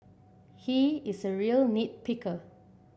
he is a real nit picker